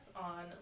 on